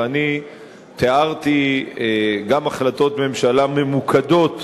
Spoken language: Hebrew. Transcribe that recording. ואני תיארתי גם החלטות ממשלה ממוקדות